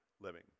living